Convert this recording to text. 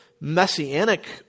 messianic